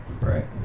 Right